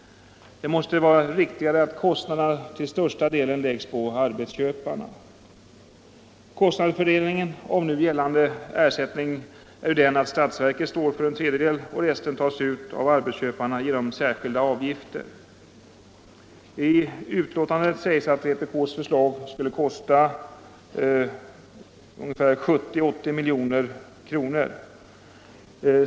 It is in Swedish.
Det måste vara riktigare att kostnaderna till största delen läggs på arbetsköparna. Fördelningen av kostnaderna för den nu gällande ersättningen är ju den att statsverket står för en tredjedel och resten tas ut av arbetsköparna genom särskilda avgifter. I betänkandet sägs att vpk:s förslag skulle kosta 70-80 miljoner.